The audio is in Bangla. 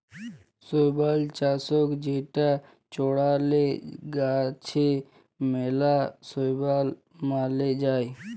শৈবাল লাশক যেটা চ্ড়ালে গাছে ম্যালা শৈবাল ম্যরে যায়